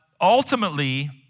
ultimately